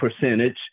percentage